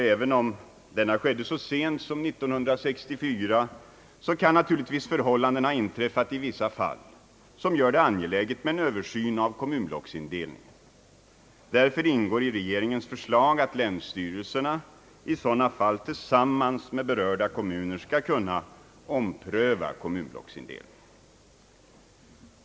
Även om denna gjordes så sent som 1964 kan naturligtvis omständigheter ha inträffat i vissa fall som gör det angeläget med en översyn av kommunblocksindelningen. Därför ingår i regeringens förslag att länsstyrelserna i sådana fall tillsammans med berörda kommuner skall kunna ompröva kommunblocksindelningen.